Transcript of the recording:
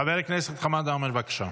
חבר הכנסת חמד עמאר, בבקשה.